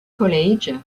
college